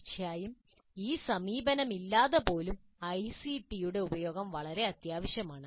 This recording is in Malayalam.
തീർച്ചയായും ഈ സമീപനമില്ലാതെ പോലും ഐസിടിയുടെ ഉപയോഗം വളരെ അത്യാവശ്യമാണ്